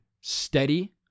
steady